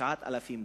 9,000 דונם.